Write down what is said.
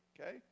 Okay